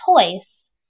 choice